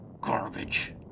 Garbage